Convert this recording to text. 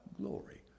glory